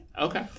Okay